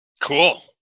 Cool